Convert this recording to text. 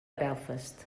belfast